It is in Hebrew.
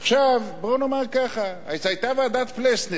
עכשיו בוא נאמר ככה, אז היתה ועדת-פלסנר,